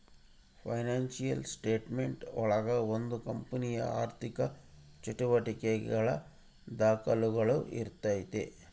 financial statement ಒಳಗ ಒಂದು ಕಂಪನಿಯ ಆರ್ಥಿಕ ಚಟುವಟಿಕೆಗಳ ದಾಖುಲುಗಳು ಇರ್ತೈತಿ